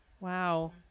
Wow